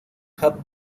have